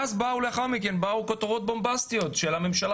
ואז לאחר מכן באו כותרות בומבסטיות של הממשלה